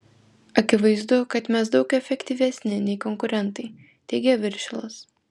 akivaizdu kad mes daug efektyvesni nei konkurentai teigia viršilas